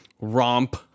Romp